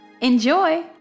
Enjoy